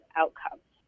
outcomes